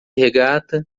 regata